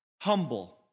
humble